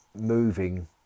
moving